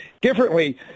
differently